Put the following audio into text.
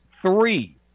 three